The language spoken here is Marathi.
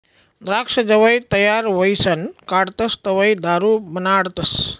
द्राक्ष जवंय तयार व्हयीसन काढतस तवंय दारू बनाडतस